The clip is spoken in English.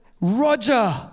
Roger